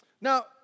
Now